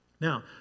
Now